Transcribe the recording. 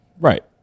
right